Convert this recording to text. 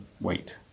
wait